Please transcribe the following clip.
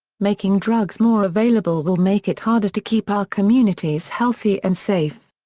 making drugs more available will make it harder to keep our communities healthy and safe.